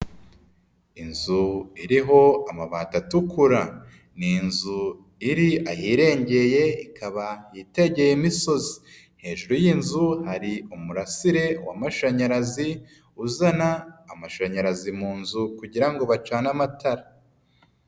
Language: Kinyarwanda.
Inzu iriho amabati atukura, ni inzu iri ahirengeye ikaba yitegeye imisozi, hejuru y'inzu hari umurasire w'amashanyarazi uzana amashanyarazi mu nzu kugira ngo bacane amatara.